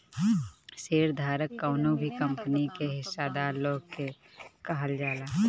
share धारक कवनो भी कंपनी के हिस्सादार लोग के कहल जाला